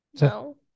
No